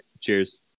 Cheers